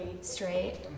Straight